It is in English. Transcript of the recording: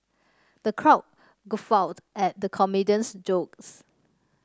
the crowd guffawed at the comedian's jokes